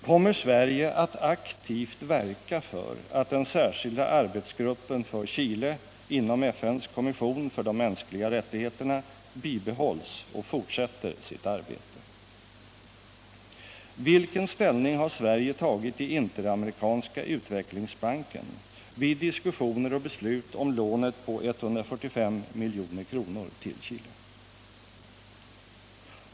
Kommer Sverige att aktivt verka för att den särskilda arbetsgruppen för Chile inom FN:s kommission för de mänskliga rättigheterna bibehålls och fortsätter sitt arbete? 2. Vilken ställning har Sverige tagit i Interamerikanska utvecklingsbanken vid diskussioner och beslut om lånet på 145 milj.kr. till Chile? 3.